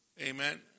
Amen